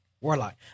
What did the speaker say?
Warlock